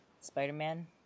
Spider-Man